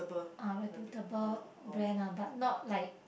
uh reputable brand lah but not like